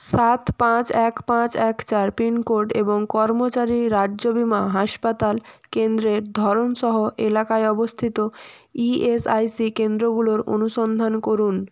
সাত পাঁচ এক পাঁচ এক চার পিন কোড এবং কর্মচারী রাজ্য বিমা হাসপাতাল কেন্দ্রের ধরন সহ এলাকায় অবস্থিত ইএসআইসি কেন্দ্রগুলোর অনুসন্ধান করুন